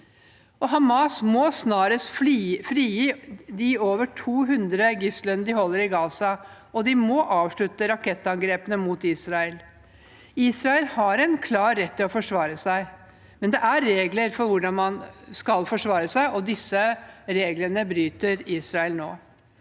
Hamas må snarest frigi de over 200 gislene de holder i Gaza, og de må avslutte rakettangrepene mot Israel. Israel har en klar rett til å forsvare seg, men det er regler for hvordan man skal forsvare seg, og disse reglene bryter Israel nå.